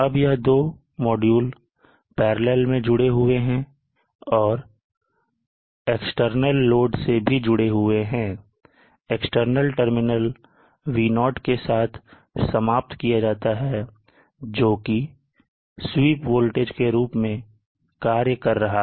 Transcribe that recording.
अब यह दो मॉड्यूल parallel में जुड़े हुए हैं और एक्सटर्नल लोड से भी जुड़े हुए हैं एक्सटर्नल टर्मिनल V0 के साथ समाप्त किया जाता है जोकि स्वीप वोल्टेज के रूप में कार्य कर रहा है